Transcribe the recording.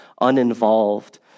Uninvolved